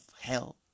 hell